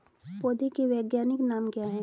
पौधों के वैज्ञानिक नाम क्या हैं?